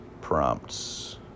prompts